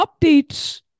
updates